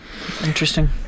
interesting